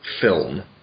film